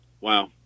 wow